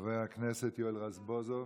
חבר הכנסת יואל רזבוזוב,